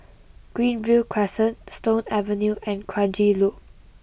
Greenview Crescent Stone Avenue and Kranji Loop